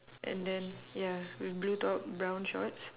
and then ya blue top brown shorts